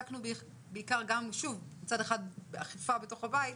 מצד אחד אכיפה בתוך הבית,